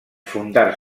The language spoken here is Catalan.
fundar